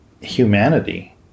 humanity